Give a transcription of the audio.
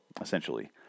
essentially